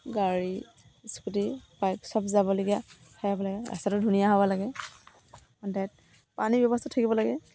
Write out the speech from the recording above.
গাড়ী scooty bike চব যাবলগীয়া সেয়া হ'ব লাগে ৰাস্তাটো ধুনীয়া হ'ব লাগে পানীৰ ব্যৱস্থা থাকিব লাগে